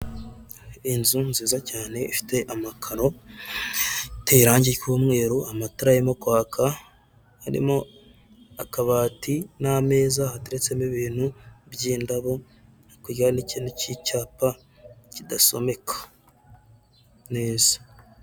Inzu nziza cyane ifite amakaro ateye irangi ry'umweru, amatara arimo kwaka harimo akabati n'ameza hateretsemo ibintu by'indabo hakurya n'ikindi cy'icyapa kidasomeka neza.